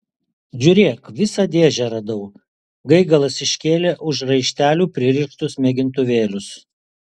žiūrėk visą dėžę radau gaigalas iškėlė už raištelių pririštus mėgintuvėlius